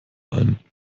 ein